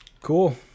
Cool